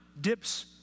dips